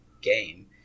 game